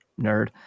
nerd